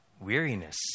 weariness